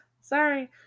sorry